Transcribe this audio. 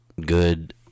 good